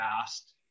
fast